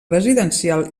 residencial